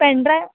pen drive